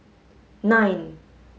nine